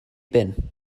been